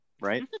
right